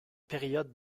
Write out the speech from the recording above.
période